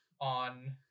on